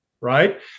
right